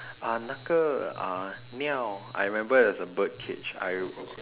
uh 那个 uh 你要 I remember there's a bird cage I